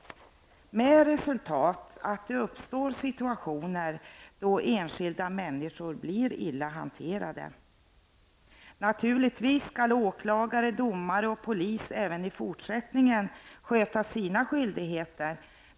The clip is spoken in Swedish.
Då blir resultatet att det uppstår situationer då enskilda människor blir illa hanterade. Naturligtvis skall åklagare, domare och polis även i fortsättningen sköta sina skyldigheter.